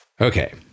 Okay